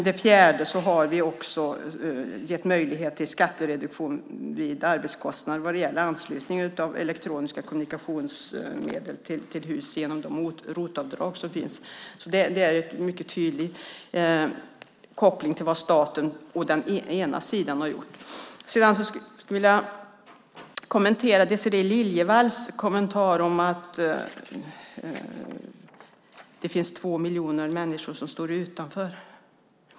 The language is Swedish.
Vidare har vi gett möjlighet till skattereduktion när det gäller arbetskostnad vid anslutning av elektroniska kommunikationsmedel till hus genom de ROT-avdrag som finns. Där finns en mycket tydlig koppling till vad staten å sin sida har gjort. Désirée Liljevall kommenterade att två miljoner människor står utanför.